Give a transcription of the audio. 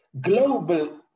global